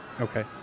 Okay